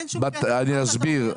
אני אסביר.